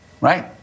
right